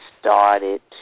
started